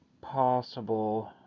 possible